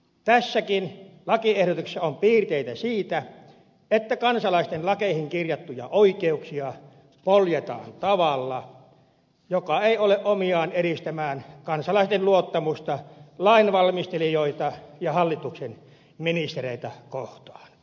tässäkin lakiehdotuksessa on piirteitä siitä että kansalaisten lakeihin kirjattuja oikeuksia poljetaan tavalla joka ei ole omiaan edistämään kansalaisten luottamusta lainvalmistelijoita ja hallituksen ministereitä kohtaan